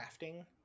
crafting